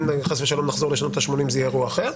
אם חס ושלום נחזור לשנות ה-80, זה יהיה אירוע אחר.